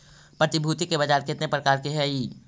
प्रतिभूति के बाजार केतने प्रकार के हइ?